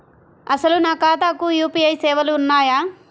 అసలు నా ఖాతాకు యూ.పీ.ఐ సేవలు ఉన్నాయా?